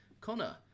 Connor